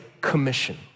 Commission